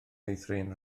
meithrin